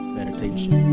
meditation